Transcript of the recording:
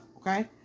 okay